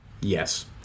Yes